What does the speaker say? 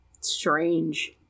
strange